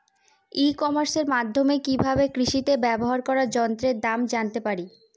ই কমার্সের মাধ্যমে কি ভাবে কৃষিতে ব্যবহার করা যন্ত্রের দাম জানতে পারি?